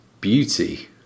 beauty